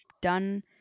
done